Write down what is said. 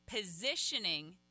positioning